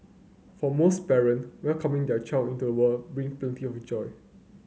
for most parent welcoming their child into the world bring plenty of joy